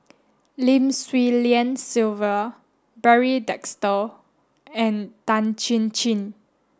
Lim Swee Lian Sylvia Barry and Tan Chin Chin